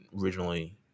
originally